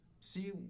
see